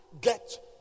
get